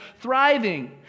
thriving